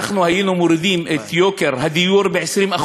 היינו מורידים את יוקר הדיור ב-20%.